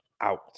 out